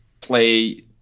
play